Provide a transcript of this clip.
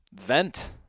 vent